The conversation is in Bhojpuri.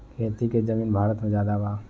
खेती के जमीन भारत मे ज्यादे बा